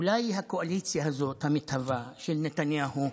אולי הקואליציה הזאת, המתהווה, של נתניהו,